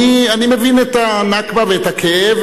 אני מבין את הנכבה ואת הכאב,